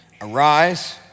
arise